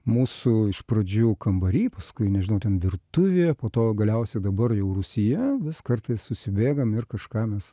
mūsų iš pradžių kambary paskui nežinau ten virtuvėje po to galiausia dabar jau rūsyje vis kartais susibėgam ir kažką mes